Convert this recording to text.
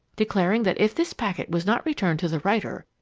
declaring that if this packet was not returned to the writer,